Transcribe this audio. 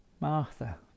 Martha